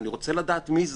אני רוצה לדעת מי זה.